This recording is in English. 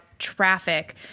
Traffic